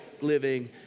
living